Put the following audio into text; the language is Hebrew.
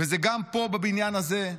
וזה גם פה, בבניין הזה.